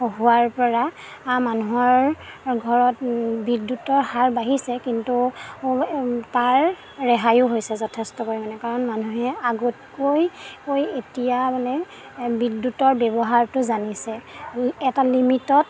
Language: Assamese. হোৱাৰপৰা মানুহৰ ঘৰত বিদ্যুতৰ হাৰ বাঢ়িছে কিন্তু তাৰ ৰেহাইয়ো হৈছে যথেষ্ট পৰিমাণে কাৰণ মানুহে আগতকৈ এতিয়া মানে বিদ্যুতৰ ব্যৱহাৰতো জানিছে এটা লিমিটত